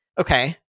Okay